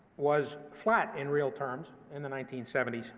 was flat in real terms in the nineteen seventy s,